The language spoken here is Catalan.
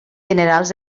generals